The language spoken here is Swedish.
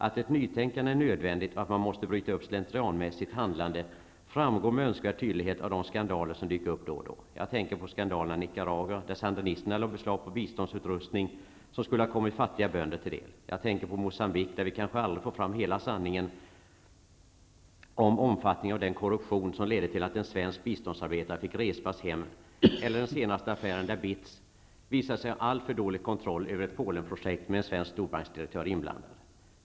Att ett nytänkande är nödvändigt och att man måste bryta upp slentrianmässigt handlande framgår med önskvärd tydlighet av de skandaler som dyker upp då och då. Jag tänker på skandalerna i Nicaragua, där sandinisterna lade beslag på biståndsutrustning, som skulle ha kommit fattiga bönder till del. Jag tänker på Moçambique, där vi kanske aldrig får fram hela sanningen om omfattningen av den korruption som ledde till att en svensk biståndsarbetare fick respass hem. Jag tänker även på den senaste affären, där BITS visade sig ha alltför dålig kontroll över ett Polenprojekt, med en svensk storbanksdirektör inblandad.